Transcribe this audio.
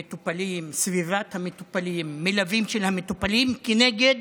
מטופלים, סביבת המטופלים, מלווים של המטופלים כנגד